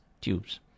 Tubes